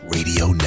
Radio